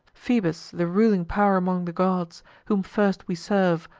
phoebus, the ruling pow'r among the gods, whom first we serve,